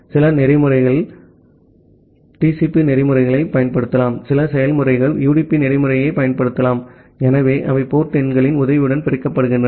சில செயல்முறைகள் TCP புரோட்டோகால்யைப் பயன்படுத்தலாம் சில செயல்முறைகள் UDP புரோட்டோகால்யைப் பயன்படுத்தலாம் ஆகவே அவை போர்ட் எண்களின் உதவியுடன் பிரிக்கப்படுகின்றன